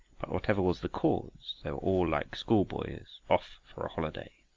but whatever was the cause, they were all like schoolboys off for a holiday.